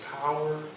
power